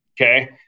okay